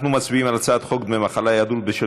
אנחנו מצביעים על הצעת חוק דמי מחלה (היעדרות בשל